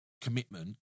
commitment